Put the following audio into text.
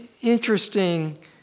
interesting